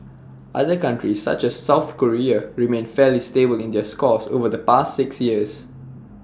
other countries such as south Korea remained fairly stable in their scores over the past six years